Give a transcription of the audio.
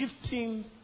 gifting